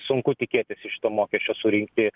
sunku tikėtis iš šito mokesčio surinkti